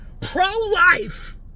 pro-life